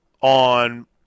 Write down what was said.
on